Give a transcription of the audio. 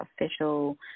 official